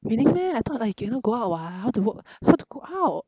really meh I thought like cannot go out [what] how to work how to go out